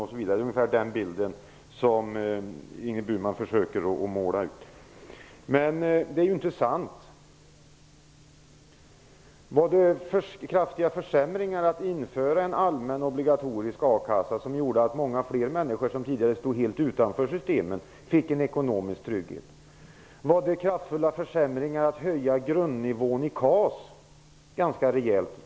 Det är ungefär den bilden som Ingrid Burman försöker att måla upp. Men den är ju inte sann. Innebar det kraftiga försämringar att införa en allmän obligatorisk a-kassa som gjorde att många fler människor, som stod helt utanför systemet, fick en ekonomisk trygghet? Innebar det kraftiga försämringar att höja grundnivån i KAS ganska rejält?